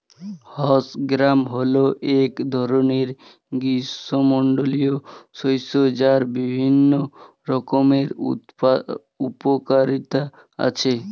horse gram হল এক ধরনের গ্রীষ্মমণ্ডলীয় শস্য যার বিভিন্ন রকমের উপকারিতা আছে